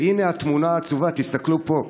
והינה התמונה העצובה: תסתכלו פה,